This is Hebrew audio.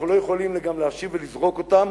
אנחנו לא יכולים גם להשיב ולזרוק אותם,